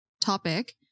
topic